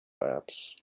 apps